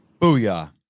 Booyah